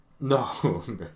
No